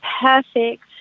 perfect